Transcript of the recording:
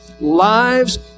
Lives